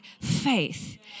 faith